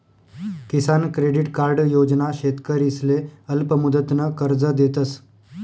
किसान credit card योजना शेतकरीसले अल्पमुदतनं कर्ज देतस